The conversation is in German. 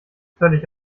völlig